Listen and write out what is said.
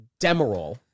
Demerol